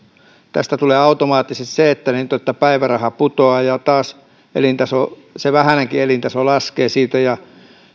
tästä tulee automaattisesti se että päiväraha putoaa ja taas se vähäinenkin elintaso laskee siitä